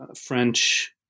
French